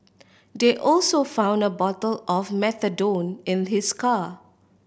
they also found a bottle of methadone in his car